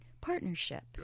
partnership